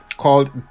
called